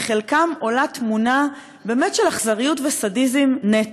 מחלקם עולה תמונה של אכזריות וסדיזם נטו.